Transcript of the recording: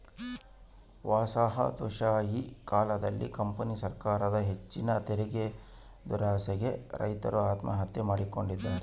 ವಸಾಹತುಶಾಹಿ ಕಾಲದಲ್ಲಿ ಕಂಪನಿ ಸರಕಾರದ ಹೆಚ್ಚಿನ ತೆರಿಗೆದುರಾಸೆಗೆ ರೈತರು ಆತ್ಮಹತ್ಯೆ ಮಾಡಿಕೊಂಡಿದ್ದಾರೆ